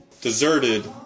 deserted